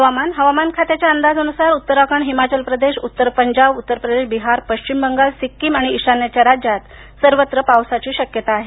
हवामान हवामान खात्याच्या अंदाजानुसार उत्तराखंड हिमाचल प्रदेश उत्तर पंजाब उत्तरप्रदेस बिहार पश्चिम बंगाल सिक्कीम आणि शान्येच्या राज्यात सर्वत्र पावसाची शक्यता आहे